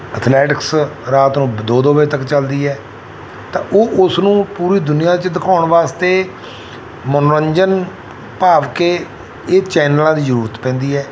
athletics ਰਾਤ ਨੂੰ ਦ ਦੋ ਦੋ ਵਜੇ ਤੱਕ ਚੱਲਦੀ ਹੈ ਤਾਂ ਉਹ ਉਸ ਨੂੰ ਪੂਰੀ ਦੁਨੀਆਂ 'ਚ ਦਿਖਾਉਣ ਵਾਸਤੇ ਮਨੋਰੰਜਨ ਭਾਵ ਕਿ ਇਹ ਚੈਨਲਾਂ ਦੀ ਜ਼ਰੂਰਤ ਪੈਂਦੀ ਹੈ